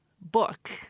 book